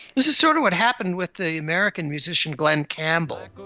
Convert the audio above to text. this is sort of what happened with the american musician glen campbell.